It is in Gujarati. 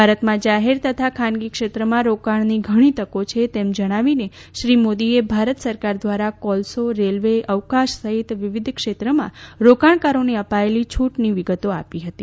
ભારતમાં જાહેર તથા ખાનગી ક્ષેત્રમાં રોકાણની ઘણી તકો છે તેમ જણાવીને શ્રી મોદીએ ભારત સરકાર દ્વારા કોલસો રેલ્વે અવકાશ સહિત વિવિધ ક્ષેત્રમાં રોકાણકારોને અપાયેલી છૂટની વિગતો આપી હતી